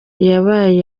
iyabaye